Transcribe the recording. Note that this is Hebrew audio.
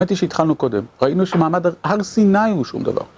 האמת היא שהתחלנו קודם, ראינו שמעמד הר סיני הוא שום דבר.